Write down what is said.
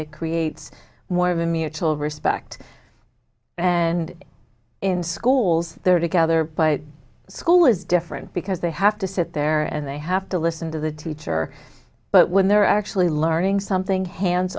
it creates more of a mutual respect and in schools there together by school is different because they have to sit there and they have to listen to the teacher but when they're actually learning something hands